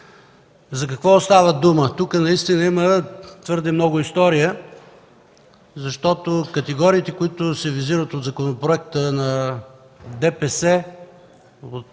За какво става дума? Тук наистина има твърде много история. Категориите, които се визират в законопроекта на ДПС, за